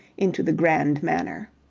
into the grand manner.